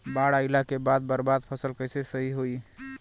बाढ़ आइला के बाद बर्बाद फसल कैसे सही होयी?